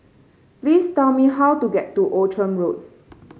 please tell me how to get to Outram Road